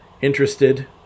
Interested